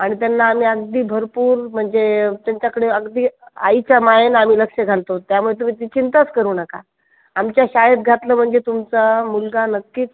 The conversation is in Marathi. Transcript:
आणि त्यांना आम्ही अगदी भरपूर म्हणजे त्यांच्याकडे अगदी आईच्या मायेनं आम्ही लक्ष घालतो त्यामुळे तुम्ही ती चिंताच करू नका आमच्या शाळेत घातलं म्हणजे तुमचा मुलगा नक्कीच